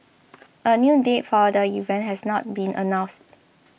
a new date for the event has not been announced